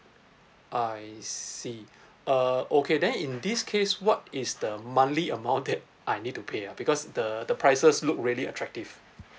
I see uh okay then in this case what is the monthly amount that I need to pay ah because the the prices look really attractive